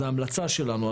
זה המלצה שלנו,